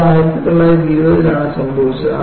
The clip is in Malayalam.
ഇത് 1920 ലാണ് സംഭവിച്ചത്